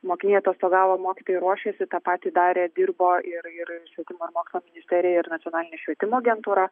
mokiniai atostogavo mokytojai ruošėsi tą patį darė dirbo ir ir švietimo ir mokslo ministerija ir nacionalinė švietimo agentūra